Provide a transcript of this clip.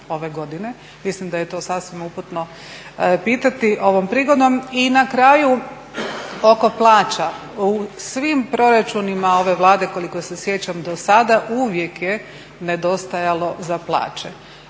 Mislim da je to sasvim uputno pitati ovom prigodom. I na kraju oko plaća. U svim proračunima ove Vlade, koliko se sjećam dosada, uvijek je nedostajalo za plaće.